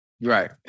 Right